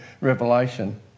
Revelation